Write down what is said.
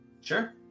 Sure